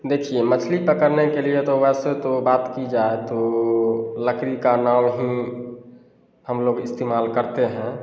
देखिए मछली पकड़ने के लिए तो वैसे तो बात की जाए तो लकड़ी का नाव हीं हम लोग इस्तेमाल करते हैं